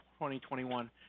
2021